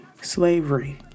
slavery